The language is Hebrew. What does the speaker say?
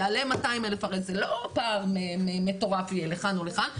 יעלה 200,000. הרי זה לא פער מטורף יהיה לכאן או לכאן.